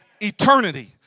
eternity